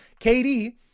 KD